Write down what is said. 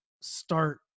start